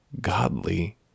godly